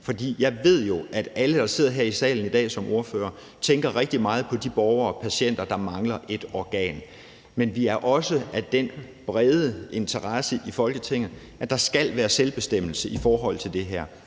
jeg ved jo, at alle, der sidder her i salen i dag som ordfører, tænker rigtig meget på de borgere og patienter, der mangler et organ. Men vi har også i Folketinget en bred interesse for, at der skal være selvbestemmelse i forhold til det her.